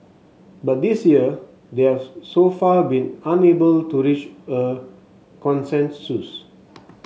but this year they have so far been unable to reach a consensus